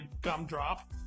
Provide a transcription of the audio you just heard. gumdrop